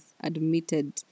admitted